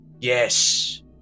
Yes